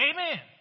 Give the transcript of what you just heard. Amen